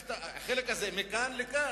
לקחת את החלק הזה מכאן לכאן,